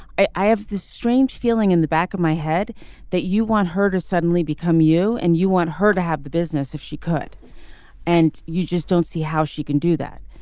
i have this strange feeling in the back of my head that you her to suddenly become you and you want her to have the business if she could and you just don't see how she can do that.